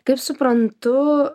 kaip suprantu